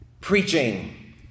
preaching